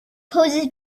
poses